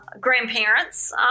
grandparents